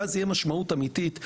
ואז תהיה משמעות אמיתית,